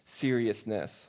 seriousness